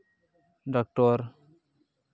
doctor